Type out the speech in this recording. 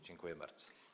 Dziękuję bardzo.